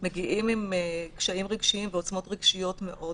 מגיעים עם קשיים רגשיים ועוצמות רגשיות מאוד